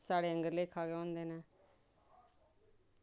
साढ़े आह्ले लेखा गै होंदे न